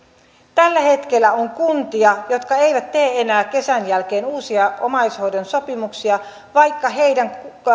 tällä hetkellä on kuntia jotka eivät tee enää kesän jälkeen uusia omaishoitosopimuksia vaikka heidän